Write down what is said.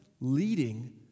leading